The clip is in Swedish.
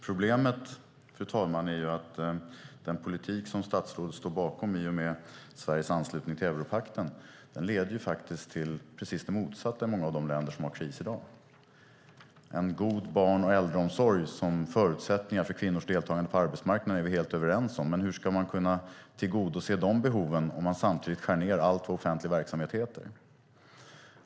Fru talman! Problemet är att den politik som statsrådet står bakom i och med Sveriges anslutning till europakten faktiskt leder till precis det motsatta i många av de länder som har kris i dag. Att en god och barn och äldreomsorg är en förutsättning för kvinnors deltagande på arbetsmarknaden är vi helt överens om. Men hur ska man kunna tillgodose dessa behov om man samtidigt skär ned på allt vad offentlig verksamhet heter?